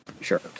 Sure